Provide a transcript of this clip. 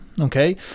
okay